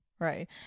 right